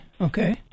Okay